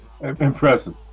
Impressive